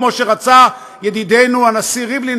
כמו שרצה ידידנו הנשיא ריבלין,